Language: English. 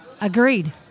Agreed